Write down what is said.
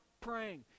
praying